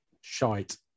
shite